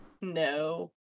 no